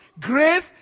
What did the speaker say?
Grace